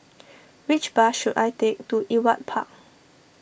which bus should I take to Ewart Park